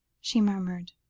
she murmured